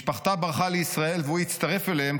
משפחתה ברחה לישראל והוא הצטרף אליהם,